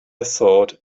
thought